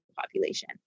population